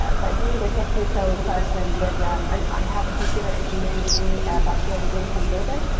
ah by being a technical person with them, i have a computer engineering degree, a bachelor degree from jordan,